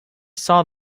saw